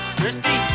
Christy